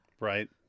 Right